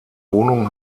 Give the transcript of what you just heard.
wohnung